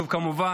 כמובן,